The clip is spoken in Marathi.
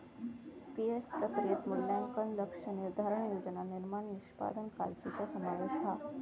पी.एफ प्रक्रियेत मूल्यांकन, लक्ष्य निर्धारण, योजना निर्माण, निष्पादन काळ्जीचो समावेश हा